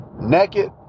Naked